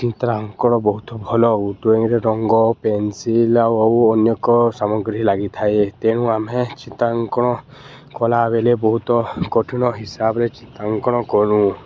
ଚିତ୍ରାଙ୍କନ ବହୁତ ଭଲ ହଉ ଡ୍ରଇଂରେ ରଙ୍ଗ ପେନସିଲ୍ ଆଉ ଆଉ ଅନେକ ସାମଗ୍ରୀ ଲାଗିଥାଏ ତେଣୁ ଆମେ ଚିତ୍ରାଙ୍କନ କଲାବେଳେ ବହୁତ କଠିନ ହିସାବରେ ଚିତ୍ରାଙ୍କନ କରୁ